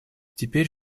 теперь